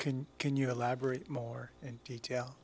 you can you elaborate more in detail